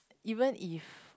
even if